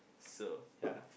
so yeah